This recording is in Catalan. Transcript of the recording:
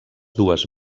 dues